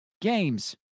games